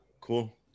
cool